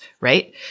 right